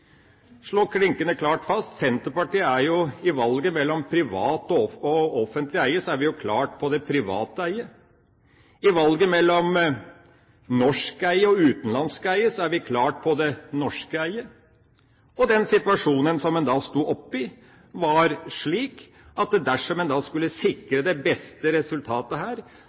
klinkende klart fast: Senterpartiet er i valget mellom privat og offentlig eie klart for privat eie. I valget mellom norsk eie og utenlandsk eie er vi klart for det norske eie. Den situasjonen en sto oppe i, var slik at en her skulle sikre det beste resultatet,